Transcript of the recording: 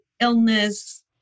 illness